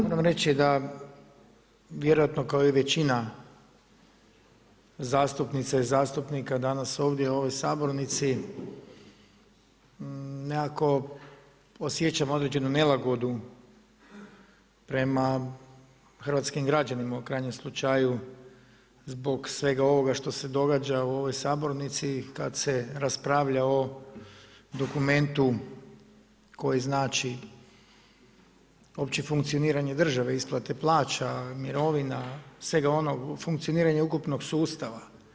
Moram reći da vjerojatno kao i većina zastupnica i zastupnika danas ovdje u ovoj sabornici nekako osjećam određenu nelagodu prema hrvatskim građanima u krajnjem slučaju zbog svega ovoga što se događa u ovoj sabornici kada se raspravlja o dokumentu koji znači uopće funkcioniranje države, isplate plaća, mirovina i svega onoga funkcioniranja ukupnog sustava.